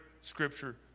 scripture